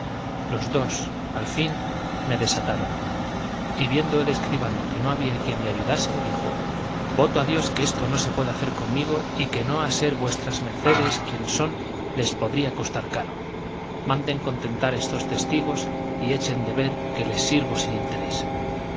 los dos al fin me desataron y viendo el escribano que no había quién le ayudase dijo voto a dios que esto no se puede hacer conmigo y que a no ser vs mds quien son les podría costar caro manden contentar estos testigos y echen de ver que les sirvo sin interés